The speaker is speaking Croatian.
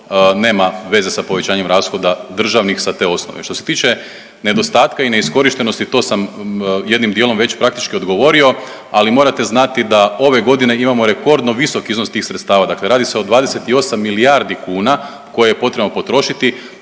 nema veze sa povećanjem rashoda državnih sa te osnove. Što se tiče nedostatka i neiskorištenosti to sam jednim dijelom već praktički odgovorio, ali morate znati da ove godine imamo rekordno visok iznos tih sredstava, dakle radi se o 28 milijardi kuna koje je potrebno potrošiti